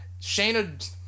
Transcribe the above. Shayna